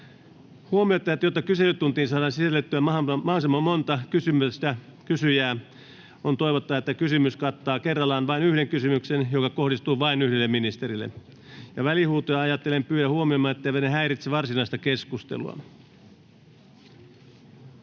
seisomaan. Jotta kyselytuntiin saadaan sisällytettyä mahdollisimman monta kysyjää, on toivottavaa, että kysymys kattaa kerrallaan vain yhden kysymyksen, joka kohdistuu vain yhdelle ministerille. Välihuutoja ajatellen pyydän huomioimaan, etteivät ne häiritse varsinaista keskustelua.